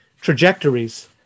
trajectories